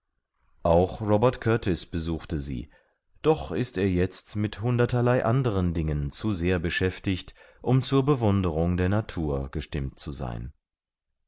auch robert kurtis besuchte sie doch ist er jetzt mit hunderterlei anderen dingen zu sehr beschäftigt um zur bewunderung der natur gestimmt zu sein